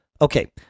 Okay